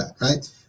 right